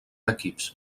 equips